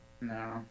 no